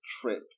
trick